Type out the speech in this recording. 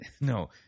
no